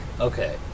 Okay